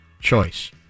choice